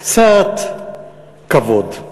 קצת כבוד,